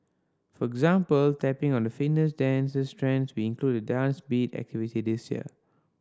for example tapping on the fitness dances trends we included the Dance Beat activity this year